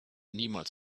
niemals